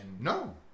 No